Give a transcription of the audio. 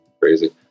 Crazy